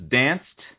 danced